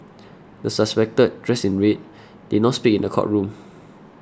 the suspected dressed in red did not speak in the courtroom